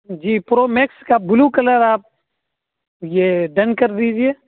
جی pro max کا blue colour آپ یہ ڈن کر دیجیے